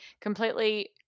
completely